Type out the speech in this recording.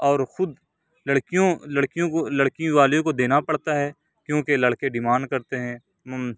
اور خود لڑکیوں لڑکیوں کو لڑکی والے کو دینا پڑتا ہے کیونکہ لڑکے ڈیمانڈ کرتے ہیں